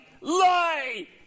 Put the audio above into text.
Lie